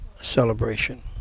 celebration